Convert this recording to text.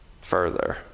further